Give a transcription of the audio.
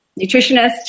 nutritionist